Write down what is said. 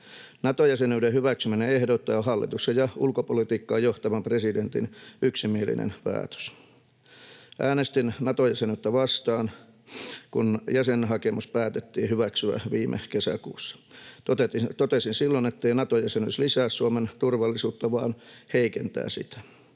Nato-jäsenyyden hyväksyminen ehdoitta on hallituksen ja ulkopolitiikkaa johtavan presidentin yksimielinen päätös. Äänestin Nato-jäsenyyttä vastaan, kun jäsenhakemus päätettiin hyväksyä viime kesäkuussa. Totesin silloin, ettei Nato-jäsenyys lisää Suomen turvallisuutta vaan heikentää sitä.